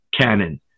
canon